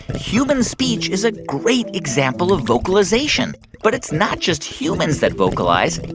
human speech is a great example of vocalization. but it's not just humans that vocalize.